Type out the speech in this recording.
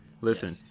Listen